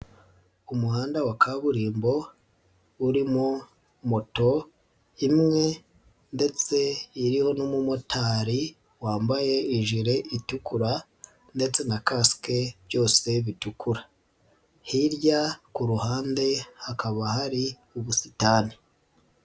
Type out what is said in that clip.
Umuhanda wa kaburimbo urimo moto imwe ndetse iriho n'umumotari wambaye ijire itukura ndetse na kasike byose bitukura. Hirya ku ruhande hakaba hari ubusitani.